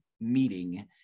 meeting